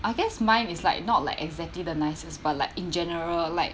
I guess mine is like not like exactly the nicest but like in general like